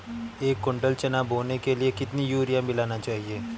एक कुंटल चना बोने के लिए कितना यूरिया मिलाना चाहिये?